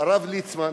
הרב ליצמן,